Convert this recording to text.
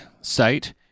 site